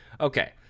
Okay